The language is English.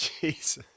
Jesus